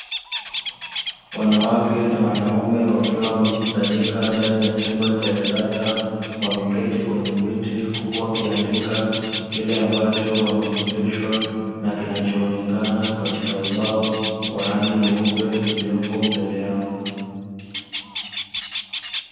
Wanawake na wanaume, wakiwa wamekusanyika ndani ya chumba cha darasa wameketi kwenye viti, huku wakiandika kile ambacho wamefundishwa na kinacho onekana katika ubao wa rangi nyeupe uliopo mbele yao.